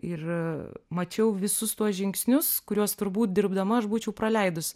ir mačiau visus tuos žingsnius kuriuos turbūt dirbdama aš būčiau praleidus